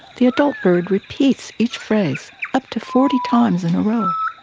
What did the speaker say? the adult bird repeats each phrase up to forty times in a row.